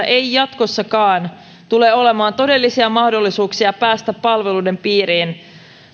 ei jatkossakaan tule olemaan todellisia mahdollisuuksia päästä palveluiden piiriin